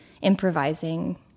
improvising